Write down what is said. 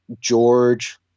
George